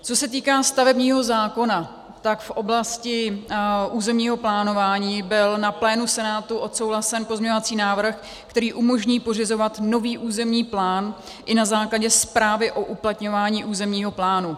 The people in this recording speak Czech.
Co se týká stavebního zákona, tak v oblasti územního plánování byl na plénu Senátu odsouhlasen pozměňovací návrh, který umožní pořizovat nový územní plán i na základě zprávy o uplatňování územního plánu.